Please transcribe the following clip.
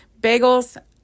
bagels